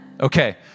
Okay